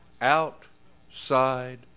Outside